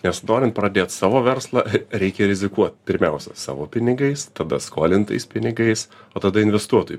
nes norint pradėt savo verslą reikia rizikuot pirmiausia savo pinigais tada skolintais pinigais o tada investuotojų